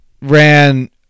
ran